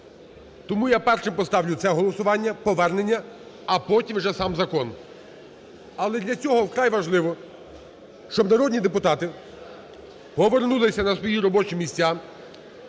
Тому я першим поставлю це голосування - повернення, а потім вже сам закон. Але для цього вкрай важливо, щоб народні депутати повернулися на свої робочі місця,